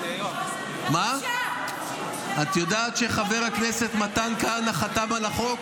--- את יודעת שחבר הכנסת מתן כהנא חתם על החוק?